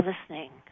listening